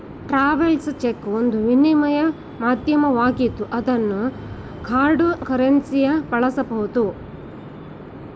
travels cheque ಒಂದು ವಿನಿಮಯ ಮಾಧ್ಯಮವಾಗಿದ್ದು ಅದನ್ನು ಹಾರ್ಡ್ ಕರೆನ್ಸಿಯ ಬಳಸಬಹುದು